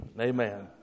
amen